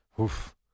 oof